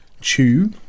chew